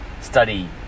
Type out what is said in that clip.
study